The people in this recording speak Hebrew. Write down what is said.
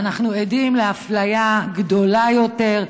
ואנחנו עדים לאפליה גדולה יותר.